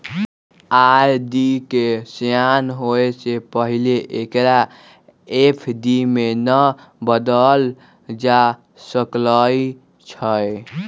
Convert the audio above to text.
RD के सेयान होय से पहिले एकरा एफ.डी में न बदलल जा सकइ छै